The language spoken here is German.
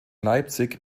leipzig